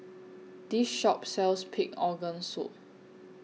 This Shop sells Pig Organ Soup